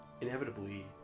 Inevitably